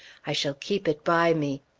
i shall keep it by me.